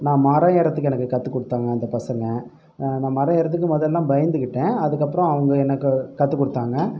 நான் மரம் ஏறதுக்கு எனக்கு கற்றுக் கொடுத்தாங்க அந்த பசங்க நான் மரம் ஏறதுக்கு மொதல்லாம் பயந்துகிட்டேன் அதுக்கப்புறம் அவங்க எனக்கு கற்றுக் கொடுத்தாங்க